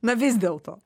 na vis dėlto